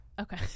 Okay